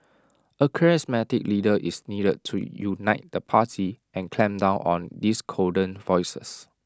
A charismatic leader is needed to unite the party and clamp down on discordant voices